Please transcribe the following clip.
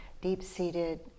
deep-seated